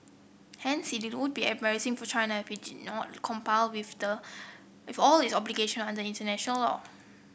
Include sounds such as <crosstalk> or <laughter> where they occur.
hence it would be embarrassing for China if it did not <unintelligible> with the with all of its obligation under international law